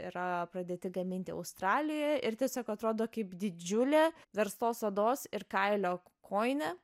yra pradėti gaminti australijoje ir tiesiog atrodo kaip didžiulė verstos odos ir kailio kojinė